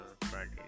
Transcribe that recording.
Friday